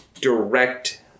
direct